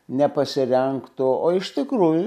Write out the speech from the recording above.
nepasirengtų o iš tikrųjų